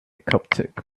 coptic